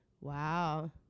Wow